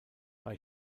bei